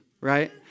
right